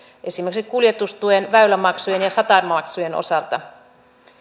esimerkiksi kuljetustuen väylämaksujen ja satamamaksujen osalta